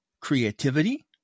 creativity